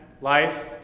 life